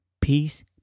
peace